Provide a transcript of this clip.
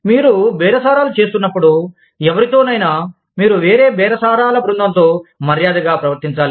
మీరు బేరసారాలు చేస్తున్నప్పుడు ఎవరితోనైనా మీరు వేరే బేరసారాల బృందంతో మర్యాద గా ప్రవర్తించాలి